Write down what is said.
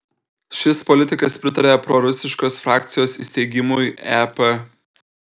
šis politikas pritaria prorusiškos frakcijos įsteigimui ep